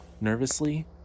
Nervously